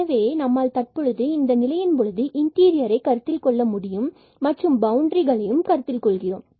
எனவே நம்மால் தற்பொழுது இந்த நிலையின் பொழுது இன்டீரியர் ஐ கருத்தில் கொள்ள முடியும் மற்றும் பவுண்டரிகளையும் கருத்தில் கொள்கிறோம்